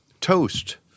toast